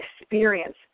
experience